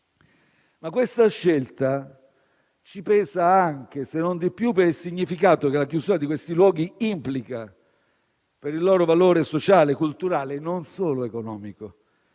Questa scelta ci pesa anche, se non di più, per il significato che la chiusura di questi luoghi implica, per il loro valore sociale e culturale, non solo economico.